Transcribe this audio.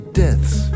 deaths